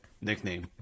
nickname